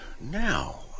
now